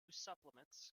supplements